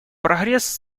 прогресс